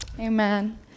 Amen